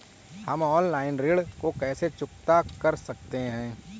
हम ऑनलाइन ऋण को कैसे चुकता कर सकते हैं?